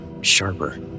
sharper